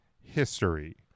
history